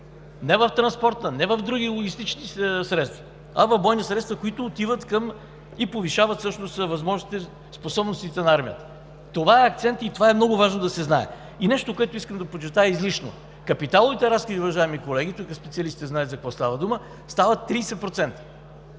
Не в транспортна, не в други логистични средства, а в бойни средства, които повишават способностите на армията. Това е акцентът и е много важно да се знае. И нещо, което искам да подчертая изрично – капиталовите разходи, уважаеми колеги, тук специалистите знаят за какво става дума, стават 30%.